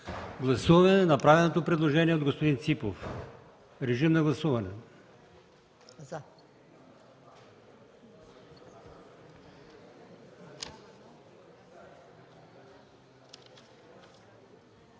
Гласуваме направеното предложение от господин Ципов. Моля, режим на гласуване.